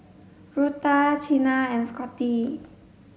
Rutha Chynna and Scotty